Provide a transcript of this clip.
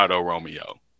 Romeo